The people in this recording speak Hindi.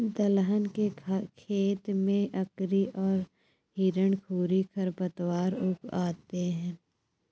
दलहन के खेत में अकरी और हिरणखूरी खरपतवार उग आते हैं